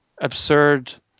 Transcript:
absurd